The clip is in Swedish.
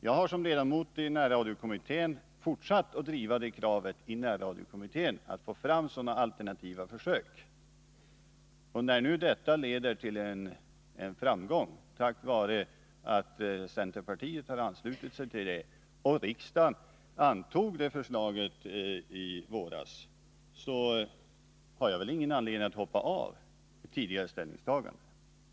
Jag har som ledamot av närradiokommittén fortsatt att driva kravet där för att få fran; alternativa försök. Och när nu detta leder till en framgång, tack vare att centerpartiet har anslutit sig till förslaget och riksdagen antog det i våras, så har jag ingen anledning att hoppa av från tidigare ställningstagande.